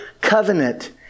covenant